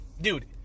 dude